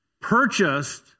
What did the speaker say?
purchased